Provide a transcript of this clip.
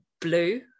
blue